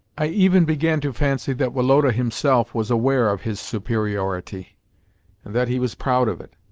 i even began to fancy that woloda himself was aware of his superiority and that he was proud of it,